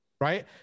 right